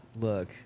Look